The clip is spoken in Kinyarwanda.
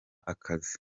akazi